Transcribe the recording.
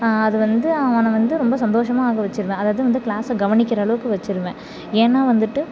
அது வந்து அவனை வந்து ரொம்ப சந்தோஷமாக ஆக வெச்சுருவேன் அதாவது வந்து க்ளாஸை கவனிக்கிற அளவுக்கு வெச்சுருவேன் ஏன்னால் வந்துட்டு